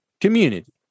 Community